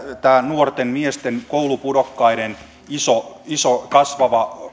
tämä nuorten miesten koulupudokkaiden iso iso kasvava